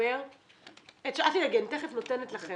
לחבר -- -ודבר